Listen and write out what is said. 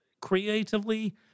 creatively